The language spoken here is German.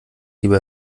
lieber